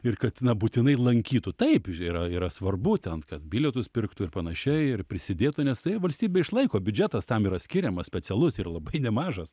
ir kad na būtinai lankytų taip yra yra svarbu būtent kad bilietus pirktų ir panašiai ir prisidėtų nes valstybė išlaiko biudžetas tam yra skiriamas specialus ir labai nemažas